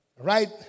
right